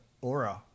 aura